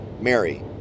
Mary